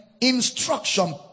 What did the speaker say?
instruction